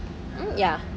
mm ya